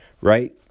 right